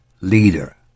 leader